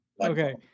okay